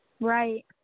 Right